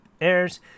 airs